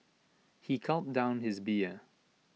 he gulped down his beer